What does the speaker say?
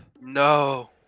No